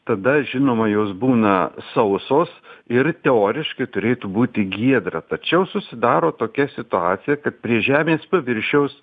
tada žinoma jos būna sausos ir teoriškai turėtų būti giedra tačiau susidaro tokia situacija kad prie žemės paviršiaus